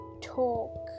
talk